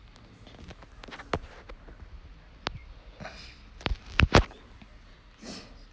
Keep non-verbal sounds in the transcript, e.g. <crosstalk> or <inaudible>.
<breath>